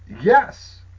Yes